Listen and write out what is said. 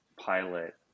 pilot